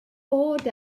bod